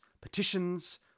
petitions